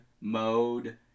Mode